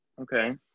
okay